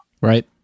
Right